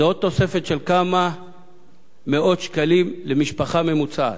זו עוד תוספת של כמה מאות שקלים למשפחה ממוצעת.